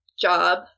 job